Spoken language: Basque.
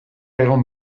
egon